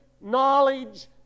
knowledge